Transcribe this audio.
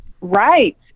Right